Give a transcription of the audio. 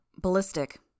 Ballistic